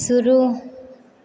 शुरू